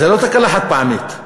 זה לא תקלה חד-פעמית.